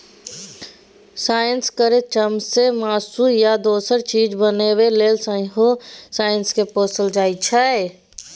सोंइस केर चामसँ मासु या दोसर चीज बनेबा लेल सेहो सोंइस केँ पोसल जाइ छै